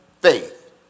Faith